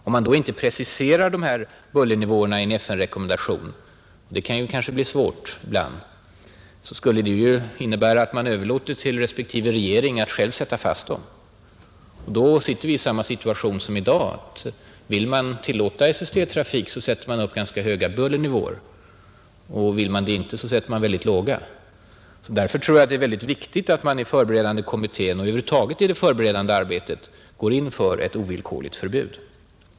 Om man då inte preciserar buller nivåerna i FN:s rekommendation — och det kan ju bli svårt — skulle det innebära att man överlåter till respektive regering att själv fastställa dem. Då sitter vi i samma situation som i dag: Vill man tillåta SST-trafik så sätter man upp ganska höga bullernivåer, och vill man det inte så sätter man synnerligen låga. Därför tror jag att det är viktigt att man i förberedande kommittén och över huvud taget i det förberedande arbetet går in för ett ovillkorligt förbud.